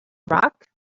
rock